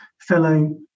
fellow